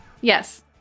Yes